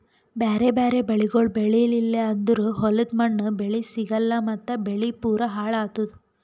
ಬ್ಯಾರೆ ಬ್ಯಾರೆ ಬೆಳಿಗೊಳ್ ಬೆಳೀಲಿಲ್ಲ ಅಂದುರ್ ಹೊಲದ ಮಣ್ಣ, ಬೆಳಿ ಸಿಗಲ್ಲಾ ಮತ್ತ್ ಬೆಳಿ ಪೂರಾ ಹಾಳ್ ಆತ್ತುದ್